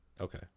Okay